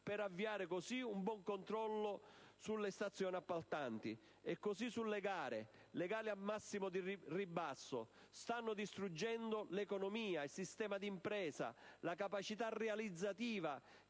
per avviare un buon controllo sulle stazioni appaltanti, così come sulle gare al massimo del ribasso: stanno distruggendo l'economia, il sistema d'impresa, la capacità realizzativa